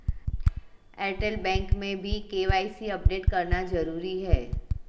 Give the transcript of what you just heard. Airtel bank में भी KYC update करना जरूरी है